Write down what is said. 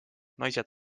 naised